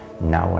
now